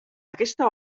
aquesta